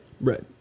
right